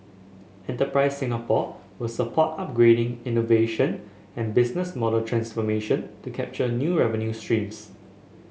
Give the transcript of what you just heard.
enterprise Singapore will support upgrading innovation and business model transformation to capture new revenue streams